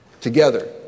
together